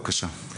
בבקשה.